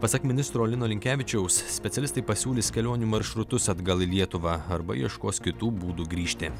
pasak ministro lino linkevičiaus specialistai pasiūlys kelionių maršrutus atgal į lietuvą arba ieškos kitų būdų grįžti